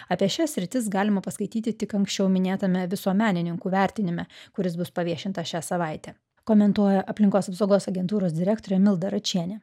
apie šias sritis galima paskaityti tik anksčiau minėtame visuomenininkų vertinime kuris bus paviešintas šią savaitę komentuoja aplinkos apsaugos agentūros direktorė milda račienė